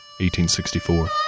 1864